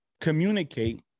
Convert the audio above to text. communicate